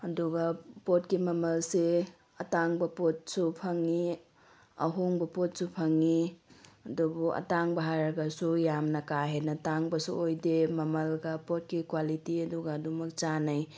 ꯑꯗꯨꯒ ꯄꯣꯠꯀꯤ ꯃꯃꯜꯁꯦ ꯑꯇꯥꯡꯕ ꯄꯣꯠꯁꯨ ꯐꯪꯉꯤ ꯑꯍꯣꯡꯕ ꯄꯣꯠꯁꯨ ꯐꯪꯉꯤ ꯑꯗꯨꯕꯨ ꯑꯇꯥꯡꯕ ꯍꯥꯏꯔꯒꯁꯨ ꯌꯥꯝꯅ ꯀꯥ ꯍꯦꯟꯅ ꯇꯥꯡꯕꯁꯨ ꯑꯣꯏꯗꯦ ꯃꯃꯜꯒ ꯄꯣꯠꯀꯤ ꯀ꯭ꯋꯥꯂꯤꯇꯤ ꯑꯗꯨꯒ ꯑꯗꯨꯝꯃꯛ ꯆꯥꯟꯅꯩ